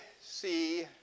see